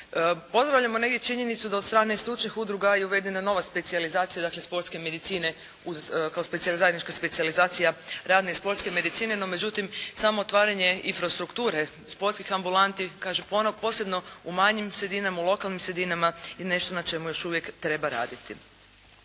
Pozdravljamo negdje činjenicu da od strane stručnih udruga je uvedena nova specijalizacija dakle sportske medicine kao zajednička specijalizacija radne i sportske medicine. No međutim, samo otvaranje infrastrukture, sportskih ambulanti kažem posebno u manjim sredinama, lokalnim sredinama je nešto na čemu još uvijek treba raditi.